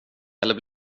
eller